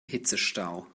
hitzestau